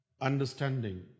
understanding